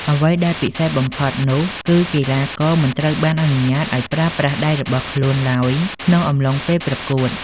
អ្វីដែលពិសេសបំផុតនោះគឺកីឡាករមិនត្រូវបានអនុញ្ញាតឲ្យប្រើប្រាស់ដៃរបស់ខ្លួនឡើយក្នុងអំឡុងពេលប្រកួត។